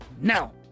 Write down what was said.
Now